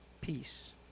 peace